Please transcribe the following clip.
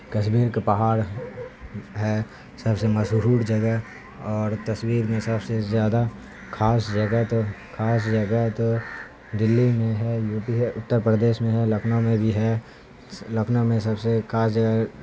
کشمیر کا پہاڑ ہے سب سے مشہور جگہ اور تصویر میں سب سے زیادہ خاص جگہ تو خاص جگہ تو دلی میں ہے یو پی ہے اتر پردیش میں ہے لکھنؤ میں بھی ہے لکھنؤ میں سب خاص جگہ